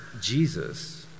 Jesus